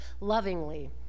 Lovingly